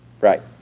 Right